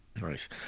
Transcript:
Nice